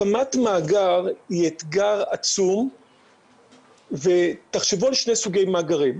הקמת מאגר היא אתגר עצום ותחשבו על שני סוגי מאגרים.